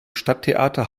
stadttheater